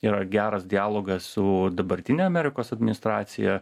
yra geras dialogas su dabartine amerikos administracija